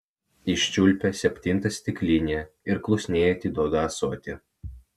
iščiulpia septintą stiklinę ir klusniai atiduoda ąsotį